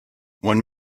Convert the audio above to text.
one